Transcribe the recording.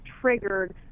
triggered